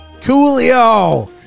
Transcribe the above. Coolio